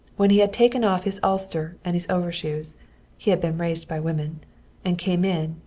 when he had taken off his ulster and his overshoes he had been raised by women and came in,